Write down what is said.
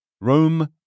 Rome